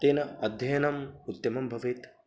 तेन अध्ययनम् उत्तमं भवेत्